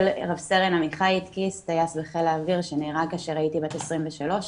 רס"ן עמיחי איטקיס טייס בחיל האויר שנהרג כאשר הייתי בת 23,